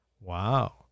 Wow